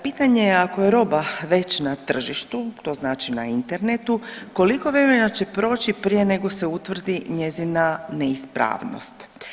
Pitanje ako je roba već na tržištu, to znači na internetu koliko vremena će proći prije nego se utvrdi njezina neispravnost?